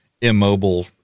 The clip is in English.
immobile